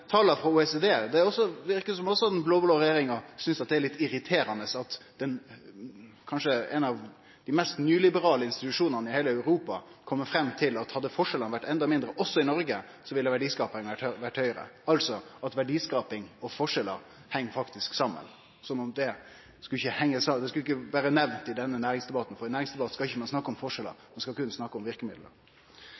tala frå OECD, verkar det også som om den blå-blå regjeringa synest det er litt irriterande at kanskje ein av dei mest nyliberale institusjonane i heile Europa kjem fram til at hadde forskjellane vore enda mindre, også i Noreg, ville verdiskapinga vore høgare, altså at verdiskaping og forskjellar faktisk heng saman. Det skulle ikkje vore nemnt i denne næringsdebatten, for i næringsdebattar skal ein ikkje snakke om forskjellar,